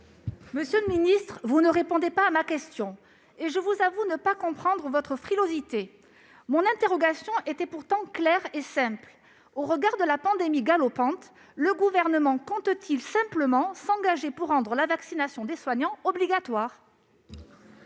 Monsieur le secrétaire d'État, vous ne répondez pas à ma question et je vous avoue ne pas comprendre votre frilosité. Mon interrogation était pourtant claire et simple : au regard de la pandémie galopante, le Gouvernement compte-t-il s'engager pour rendre la vaccination des soignants obligatoire ?